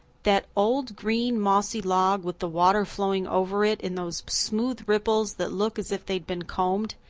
that old green, mossy log with the water flowing over it in those smooth ripples that look as if they'd been combed,